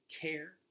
care